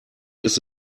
ist